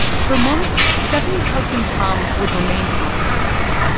for months, steffanie's husband, tom, would remain hospitalized,